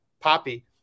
Poppy